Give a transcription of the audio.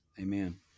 Amen